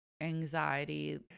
anxiety